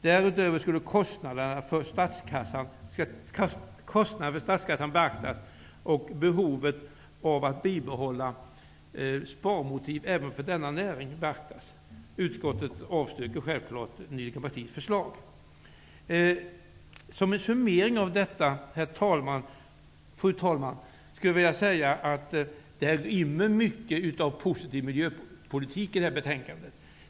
Därutöver skall kostnaderna för statskassan och behovet av att bibehålla sparmotiv även för denna näring beaktas. Utskottet avstyrker självfallet Ny demokratis förslag. Fru talman! Som en summering vill jag säga att det finns mycket av positiv miljöpolitik i detta betänkande.